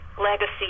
Legacy